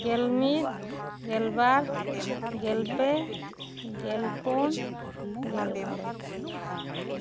ᱜᱮᱞ ᱢᱤᱫ ᱜᱮᱞ ᱵᱟᱨ ᱜᱮᱞ ᱯᱮ ᱜᱮᱞ ᱯᱩᱱ ᱜᱮᱞ ᱢᱚᱬᱮ